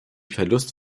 verlust